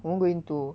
我们 going to